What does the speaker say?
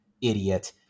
idiot